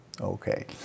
Okay